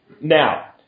Now